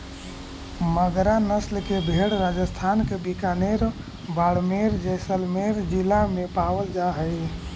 मगरा नस्ल के भेंड़ राजस्थान के बीकानेर, बाड़मेर, जैसलमेर जिला में पावल जा हइ